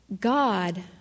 God